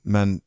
Men